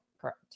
correct